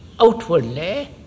outwardly